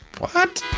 what.